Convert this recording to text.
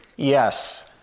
Yes